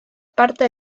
parte